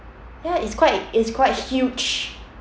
ya it's quite it's quite huge